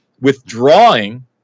withdrawing